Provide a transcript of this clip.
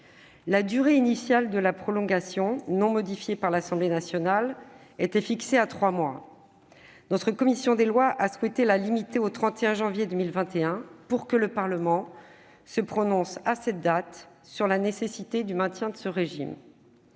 La durée initiale de la prolongation, non modifiée par l'Assemblée nationale, était fixée à trois mois. Notre commission des lois a souhaité la limiter au 31 janvier 2021 pour que le Parlement se prononce à cette date sur la nécessité du maintien de ce régime.